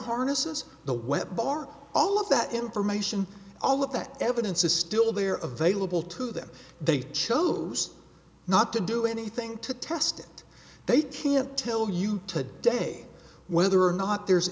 harnesses the wet bar all of that information all of that evidence is still there of vailable to them they chose not to do anything to test it they can't tell you today whether or not there's